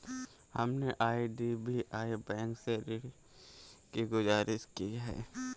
हमने आई.डी.बी.आई बैंक से ऋण की गुजारिश की है